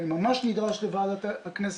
אני ממש נדרש ללכת לוועדת הכנסת,